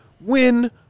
win